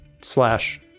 slash